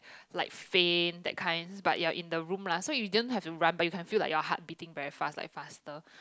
like faint that kinds but you are in the room lah so you didn't have to run but you can feel like your heart beating very fast like faster